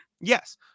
yes